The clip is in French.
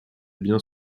biens